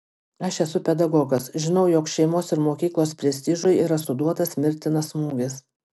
aš esu pedagogas žinau jog šeimos ir mokyklos prestižui yra suduotas mirtinas smūgis